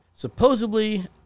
Supposedly